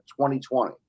2020